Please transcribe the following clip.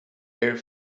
air